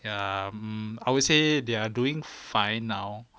ya mm I would say they are doing fine now